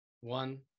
One